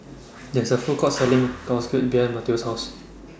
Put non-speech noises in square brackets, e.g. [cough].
There IS A Food Court Selling [noise] Sauerkraut behind Matteo's House